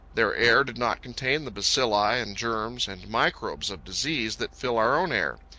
their air did not contain the bacilli and germs and microbes of disease that fill our own air.